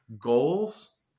goals